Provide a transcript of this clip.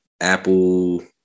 Apple